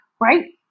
right